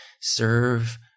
serve